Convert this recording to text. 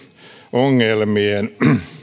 ongelmien